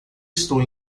estou